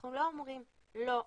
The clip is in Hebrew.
אנחנו לא אומרים 'לא אלכוהול',